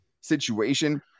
situation